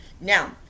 now